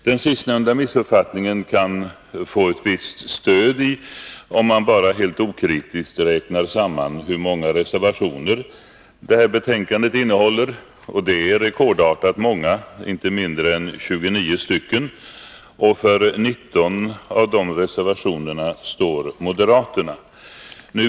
Den sistnämnda missuppfattningen kan få ett visst stöd om man bara helt okritiskt räknar samman hur många reservationer som kulturutskottets betänkande innehåller. Det är rekordartat många, inte mindre än 29 stycken, och för 19 av dem står moderaterna.